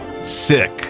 sick